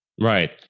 Right